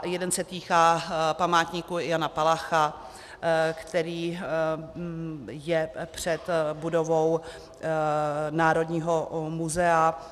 Jeden se týká památníku Jana Palacha, který je před budovou Národního muzea.